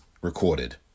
recorded